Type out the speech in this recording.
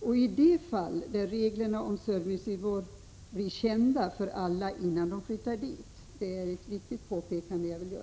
och i de fall där reglerna om servicevillkor blir kända för alla innan de flyttar dit. Det är ett viktigt påpekande som jag vill göra.